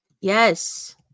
Yes